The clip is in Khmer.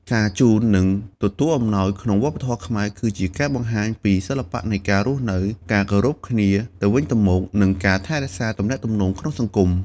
ការជូន និងទទួលអំណោយក្នុងវប្បធម៌ខ្មែរគឺជាការបង្ហាញពី សិល្បៈនៃការរស់នៅ ការគោរពគ្នាទៅវិញទៅមក និងការថែរក្សាទំនាក់ទំនងក្នុងសង្គម។